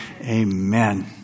Amen